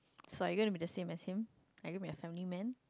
so are you gonna be the same as him are you gonna be the family man